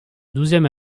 douzième